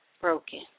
broken